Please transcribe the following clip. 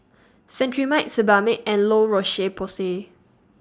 Cetrimide Sebamed and La Roche Porsay